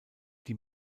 die